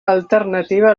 alternativa